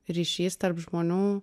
ryšys tarp žmonių